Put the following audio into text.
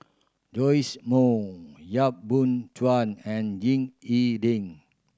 Joash Moo Yap Boon Chuan and Ying E Ding